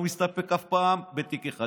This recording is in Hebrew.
לא מסתפק אף פעם בתיק אחד,